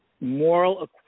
moral